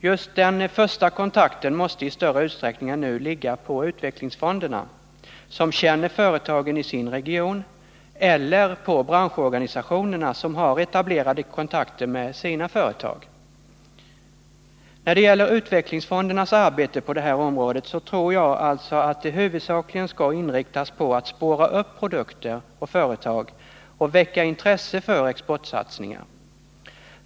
Just den första kontakten måste i större utsträckning än nu åligga utvecklingsfonderna, som känner företagen i sin region, eller på branschorganisationerna, som har etablerade kontakter med sina företag. När det gäller utvecklingsfondernas arbete på det här området så tror jag alltså att det huvudsakligen skall inriktas på att spåra upp produkter och företag och väcka intresse för exportsatsningar.